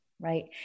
right